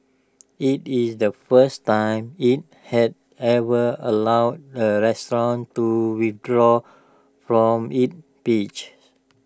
IT is the first time IT has ever allowed A restaurant to withdraw from its pages